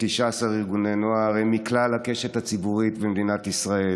מתפרסים ב-19 ארגוני נוער מכלל הקשת הציבורית במדינת ישראל,